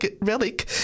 Relic